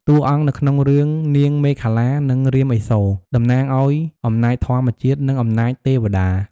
តួអង្គនៅក្នុងរឿងនាងមេខលា និងរាមឥសូរ តំណាងឱ្យអំណាចធម្មជាតិ និងអំណាចទេវតា។